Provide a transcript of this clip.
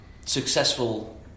successful